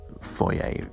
foyer